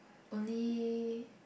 only